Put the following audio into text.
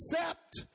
accept